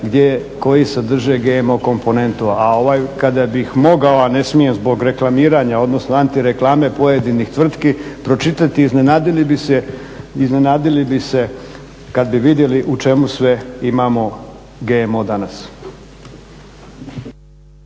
koji sadrže GMO komponentu, a kada bih mogao, a ne smijem zbog reklamiranja, odnosno anti-reklame pojedinih tvrtki pročitati, iznenadili bi se kad bi vidjeli u čemu sve imamo GMO danas.